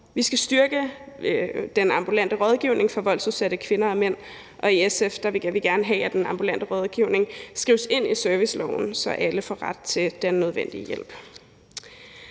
Vi skal styrke den ambulante rådgivning for voldsudsatte kvinder og mænd, og i SF vil vi gerne have, at den ambulante rådgivning skrives ind i serviceloven, så alle får ret til den nødvendige hjælp.